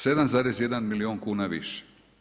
7,1 milijun kuna više.